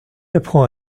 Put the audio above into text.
apprend